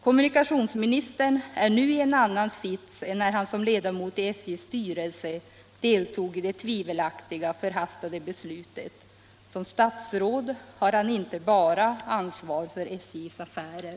Kommunikationsministern är nu i en annan sits än när han som ledamot i SJ:s styrelse deltog i det tvivelaktiga och förhastade beslutet. Som statsråd har han inte bara ansvar för SJ:s affärer.